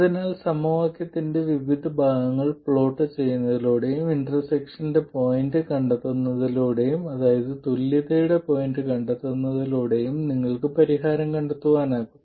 അതിനാൽ സമവാക്യത്തിന്റെ വിവിധ ഭാഗങ്ങൾ പ്ലോട്ട് ചെയ്യുന്നതിലൂടെയും ഇന്റർസെക്ഷൻറെ പോയിന്റ് കണ്ടെത്തുന്നതിലൂടെയും അതായത് തുല്യതയുടെ പോയിന്റ് കണ്ടെത്തുന്നതിലൂടെയും നിങ്ങൾക്ക് പരിഹാരം കണ്ടെത്താനാകും